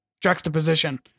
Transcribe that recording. juxtaposition